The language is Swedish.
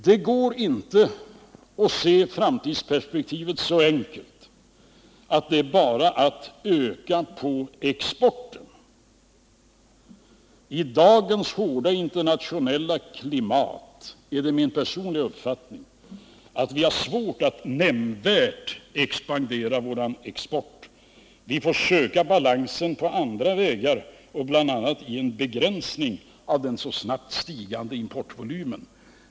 Det går inte att se framtidsperspektivet så enkelt att det bara är att öka exporten. Det är min personliga uppfattning att det i dagens hårda internationella ekonomiska klimat är svårt för oss att nämnvärt utöka vår export. Vi får söka balansen på andra vägar, bl.a. i en begränsning av den så snabbt stigande importvolymen.